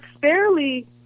fairly